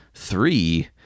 Three